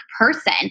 person